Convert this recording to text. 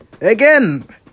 Again